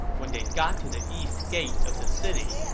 when they got to the east gate of the city,